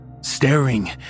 staring